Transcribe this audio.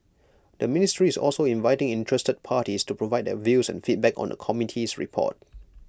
the ministry is also inviting interested parties to provide their views and feedback on the committee's report